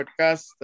podcast